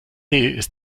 ist